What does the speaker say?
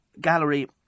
Gallery